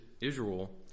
Israel